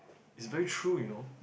is very true you know